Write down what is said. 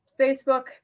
Facebook